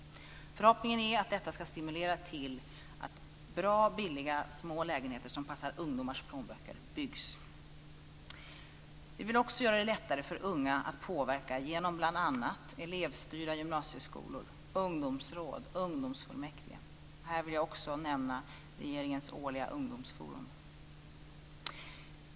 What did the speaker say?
Förhoppningen är att detta ska stimulera till att bra och billiga små lägenheter som passar ungdomars plånböcker byggs. Vi vill också göra det lättare för unga att påverka genom bl.a. elevstyrda gymnasieskolor, ungdomsråd och ungdomsfullmäktige. Här vill jag också nämna regeringens årliga ungdomsforum.